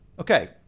okay